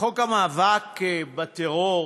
חוק המאבק בטרור